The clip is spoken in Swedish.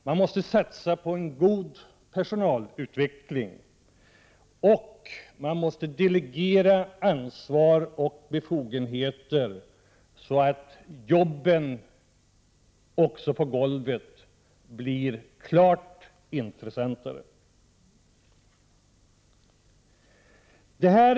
Man måste satsa på en god personalutveckling och dessutom måste man delegera ansvar och befogenheter, så att jobben blir klart intressantare också för dem som så att säga arbetar på golvet.